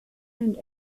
and